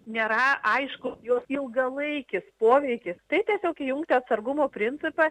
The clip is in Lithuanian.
nėra aišku jog ilgalaikis poveikis tai tiesiog įjungti atsargumo principą